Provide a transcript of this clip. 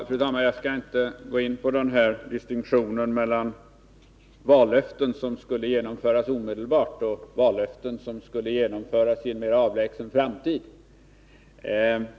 Fru talman! Jag skall inte gå in på distinktionen mellan vallöften som skulle genomföras omedelbart och vallöften som skulle genomföras i en mera avlägsen framtid.